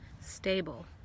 stable